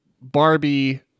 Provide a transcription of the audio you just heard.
Barbie